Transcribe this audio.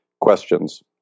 questions